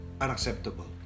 unacceptable